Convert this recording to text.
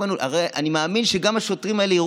הרי אני מאמין שגם השוטרים האלה,